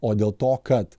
o dėl to kad